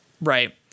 Right